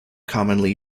commonly